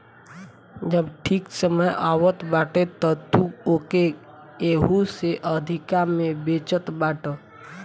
जब ठीक समय आवत बाटे तअ तू ओके एहू से अधिका में बेचत बाटअ